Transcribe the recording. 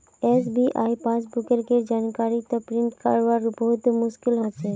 SBI passbook केर जानकारी क प्रिंट करवात बहुत मुस्कील हो छे